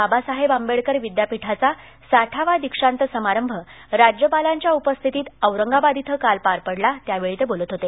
बाबासाहेब आंबेडकर विद्यापीठाचा साठावा दीक्षांत समारंभ राज्यपालांच्या उपस्थितीत औरंगाबाद इथं काल पार पडला त्यावेळी ते बोलत होते